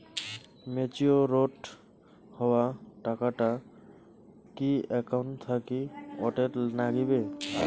Matured হওয়া টাকাটা কি একাউন্ট থাকি অটের নাগিবে?